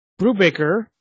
Brubaker